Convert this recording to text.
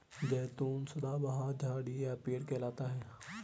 जैतून सदाबहार झाड़ी या पेड़ कहलाता है